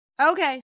Okay